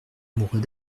amoureux